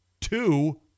two